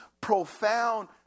profound